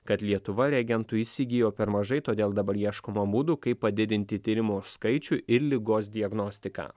kad lietuva reagentų įsigijo per mažai todėl dabar ieškoma būdų kaip padidinti tyrimų skaičių ir ligos diagnostiką